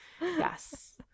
Yes